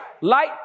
light